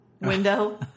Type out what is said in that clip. window